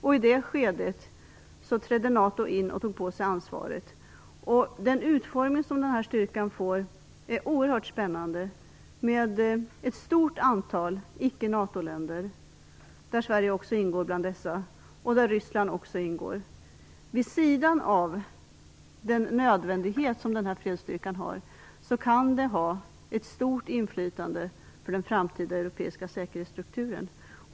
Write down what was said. I det läget trädde NATO in och tog på sig ansvaret. Den utformning som fredsstyrkan får är oerhört spännande, med ett stort antal icke NATO-länder, däribland Sverige och även Ryssland. Vid sidan av det nödvändiga i denna fredsstyrka kan den ha ett stort inflytande på den framtida europeiska säkerhetsstrukturen.